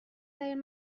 ترین